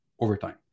overtime